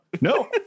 no